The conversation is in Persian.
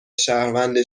شهروند